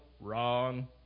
wrong